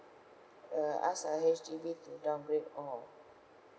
uh ask uh H_D_B to downgrade all